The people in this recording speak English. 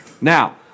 Now